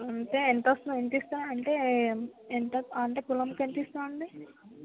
అంటే ఎంతొస్తా ఎంతిస్తా అంటే ఎంత అంటే తులంకి ఎంత ఇస్తారు అండి